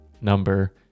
number